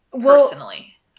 personally